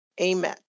Amen